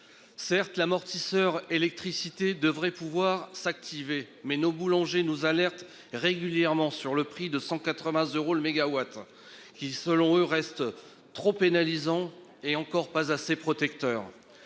Certes l'amortisseur électricité devrait pouvoir s'activer mais nos boulangers nous alertent régulièrement sur le prix de 180 euros le mégawatt, qui selon eux restent trop pénalisant et encore pas assez protecteur.